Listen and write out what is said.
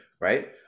right